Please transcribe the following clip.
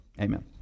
Amen